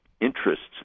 interests